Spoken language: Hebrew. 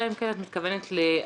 אלא אם כן את מתכוונת לאשראי.